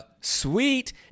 sweet